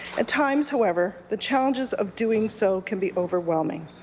at times, however, the challenges of doing so can be overwhelming.